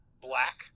black